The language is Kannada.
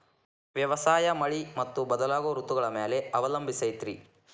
ವ್ಯವಸಾಯ ಮಳಿ ಮತ್ತು ಬದಲಾಗೋ ಋತುಗಳ ಮ್ಯಾಲೆ ಅವಲಂಬಿಸೈತ್ರಿ